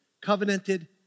covenanted